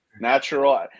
natural